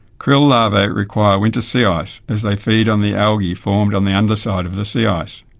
krill larvae require winter sea ice as they feed on the algae found on the underside of the sea ice.